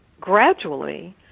gradually